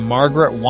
Margaret